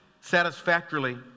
satisfactorily